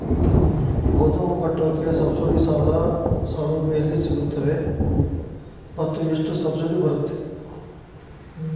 ಗೋದಾಮು ಕಟ್ಟೋಕೆ ಸಬ್ಸಿಡಿ ಸಾಲ ಸೌಲಭ್ಯ ಎಲ್ಲಿ ಸಿಗುತ್ತವೆ ಮತ್ತು ಎಷ್ಟು ಸಬ್ಸಿಡಿ ಬರುತ್ತೆ?